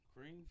Cream